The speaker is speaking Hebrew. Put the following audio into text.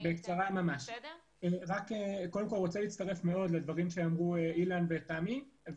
אני רוצה להצטרף מאוד לדברים שאמרו אילן ותמי,